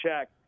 check